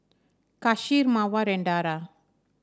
Kasih Mawar and Dara